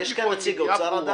נמצא כאן עדיין נציג משרד האוצר?